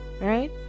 Right